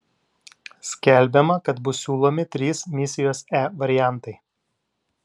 skelbiama kad bus siūlomi trys misijos e variantai